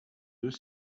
deux